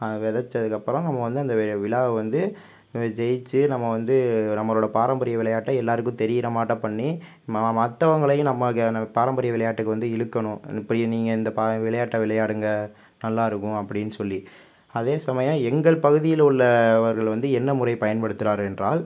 விதச்சதுக்கு அப்புறம் நம்ம வந்து அந்த விழாவை வந்து ஜெயிச்சு நம்ம வந்து நம்பளோட பாரம்பரிய விளையாட்டை எல்லாருக்கும் தெரியுற மாட்ட பண்ணி மற்றவுங்களையும் நமக்கு நம்ம பாரம்பரிய விளையாட்டுக்கு வந்து இழுக்கணும் இப்படி நீங்கள் இந்த விளையாட்டை விளையாடுங்க நல்லா இருக்கும் அப்படின்னு சொல்லி அதே சமயம் எங்கள் பகுதியில் உள்ள அவர்கள் வந்து என்ன முறை பயன்படுத்துறார் என்றால்